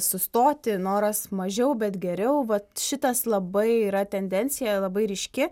sustoti noras mažiau bet geriau va šitas labai yra tendencija labai ryški